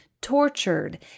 tortured